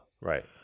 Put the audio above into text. Right